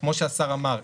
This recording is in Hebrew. כמו שהשר אמר,